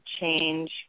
change